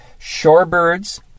Shorebirds